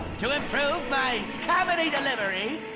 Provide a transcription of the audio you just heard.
to improve my comedy delivery,